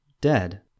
dead